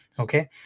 Okay